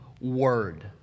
word